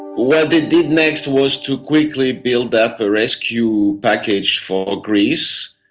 what they did next was to quickly build up a rescue package for greece.